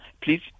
please